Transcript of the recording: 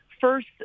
first